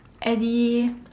Eddy